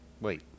Wait